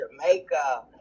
jamaica